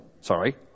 Sorry